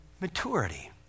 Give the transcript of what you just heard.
maturity